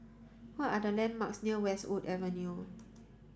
what are the landmarks near Westwood Avenue